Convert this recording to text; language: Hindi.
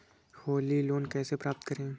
होली लोन को कैसे प्राप्त करें?